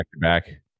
back-to-back